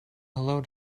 hello